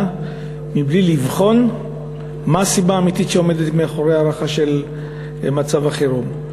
מבלי לבחון מה הסיבה האמיתית שעומדת מאחורי ההארכה של מצב החירום.